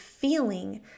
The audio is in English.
feeling